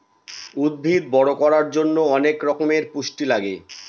উদ্ভিদ বড়ো করার জন্য অনেক রকমের পুষ্টি লাগে